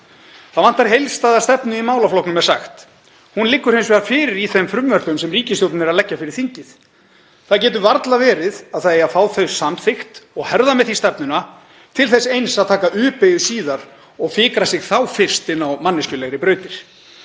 Þá vantar heildstæða stefnu í málaflokknum, er sagt. Hún liggur hins vegar fyrir í þeim frumvörpum sem ríkisstjórnin er að leggja fyrir þingið. Það getur varla verið að það eigi að fá þau samþykkt og herða með því stefnuna til þess eins að taka U-beygju síðar og fikra sig þá fyrst inn á manneskjulegri brautir.